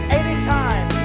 anytime